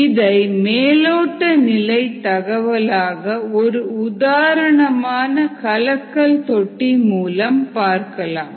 இதை மேலோட்ட நிலை தகவலாக ஒரு உதாரணமான கலக்கல் தொட்டி மூலம் பார்க்கலாம்